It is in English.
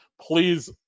please